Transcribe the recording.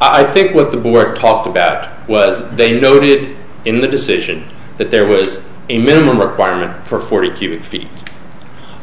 i think with the board talked about was they noted in the decision that there was a minimum requirement for forty feet